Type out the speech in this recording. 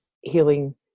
healing